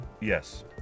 Yes